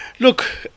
Look